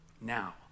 Now